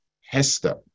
Hester